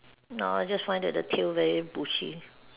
no just find that the tail very bushy